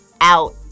out